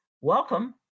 Welcome